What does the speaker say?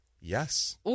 Yes